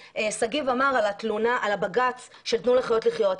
שגיב דיבר על הבג"ץ של תנו לחיות לחיות.